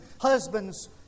Husbands